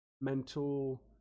mental